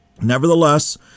Nevertheless